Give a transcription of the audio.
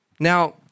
Now